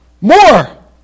more